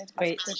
wait